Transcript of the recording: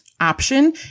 option